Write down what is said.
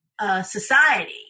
society